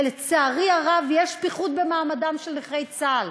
ולצערי הרב יש פיחות במעמדם של נכי צה"ל.